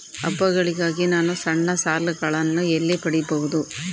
ಹಬ್ಬಗಳಿಗಾಗಿ ನಾನು ಸಣ್ಣ ಸಾಲಗಳನ್ನು ಎಲ್ಲಿ ಪಡಿಬಹುದು?